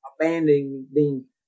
abandoning